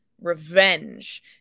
revenge